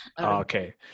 Okay